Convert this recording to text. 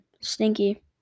stinky